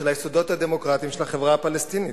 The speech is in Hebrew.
של היסודות הדמוקרטיים של החברה הפלסטינית?